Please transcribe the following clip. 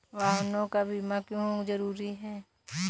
वाहनों का बीमा क्यो जरूरी है?